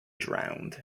drowned